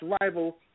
rival